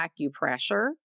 acupressure